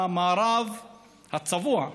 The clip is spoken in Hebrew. המערב הצבוע: